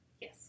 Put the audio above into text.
Yes